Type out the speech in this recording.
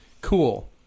Cool